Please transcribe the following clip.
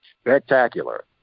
Spectacular